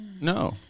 No